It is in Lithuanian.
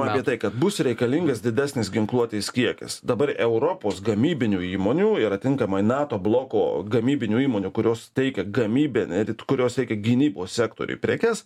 apie tai kad bus reikalingas didesnis ginkluotės kiekis dabar europos gamybinių įmonių yra tinkamai nato bloko gamybinių įmonių kurios teikia gamybinę ir it kurios tiekia gynybos sektoriui prekes